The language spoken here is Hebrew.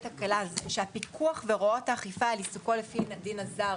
הקלה ש-"הפיקוח והוראות האכיפה על עיסוקו לפי הדין הזר"